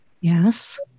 Yes